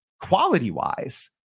quality-wise